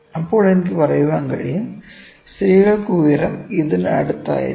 അപ്പോൾ എനിക്ക് പറയാൻ കഴിയും സ്ത്രീകൾക്ക് ഉയരം ഇതിന് അടുത്തായിരിക്കും